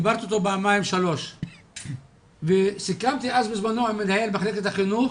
דיברתי איתו פעמיים-שלוש וסיכמתי אז בזמנו עם מנהל מחלקת החינוך